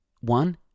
One